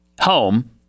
home